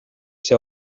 see